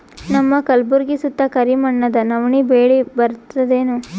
ನಮ್ಮ ಕಲ್ಬುರ್ಗಿ ಸುತ್ತ ಕರಿ ಮಣ್ಣದ ನವಣಿ ಬೇಳಿ ಬರ್ತದೇನು?